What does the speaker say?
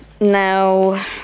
Now